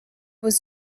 was